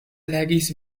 legis